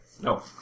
No